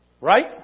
Right